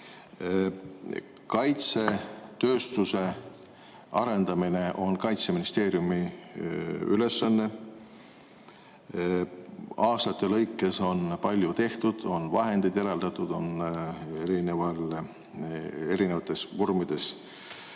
Kaitsetööstuse arendamine on Kaitseministeeriumi ülesanne. Aastate jooksul on palju tehtud, on vahendeid eraldatud, on erinevates vormides